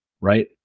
right